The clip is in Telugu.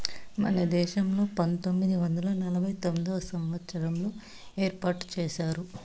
మన దేశంలో పంతొమ్మిది వందల నలభై తొమ్మిదవ సంవచ్చారంలో ఏర్పాటు చేశారు